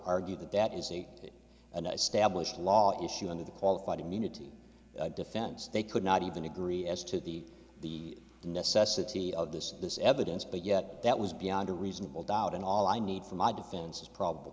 argue that that is a stablished law issue under the qualified immunity defense they could not even agree as to the the necessity of this this evidence but yet that was beyond a reasonable doubt and all i need for my defense is probable